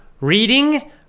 reading